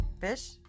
fish